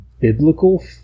biblical